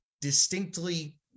distinctly